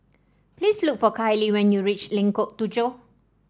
please look for Kylie when you reach Lengkok Tujoh